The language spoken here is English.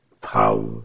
power